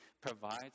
provides